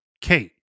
Kate